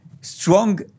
Strong